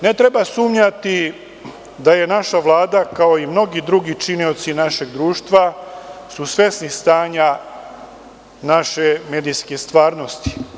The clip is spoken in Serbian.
Ne treba sumnjati da je naša Vlada, kao i mnogi drugi činioci našeg društva, svesna stanja naše medijske stvarnosti.